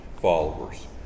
followers